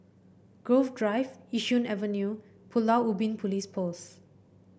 Grove Drive Yishun Avenue and Pulau Ubin Police Post